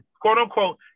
quote-unquote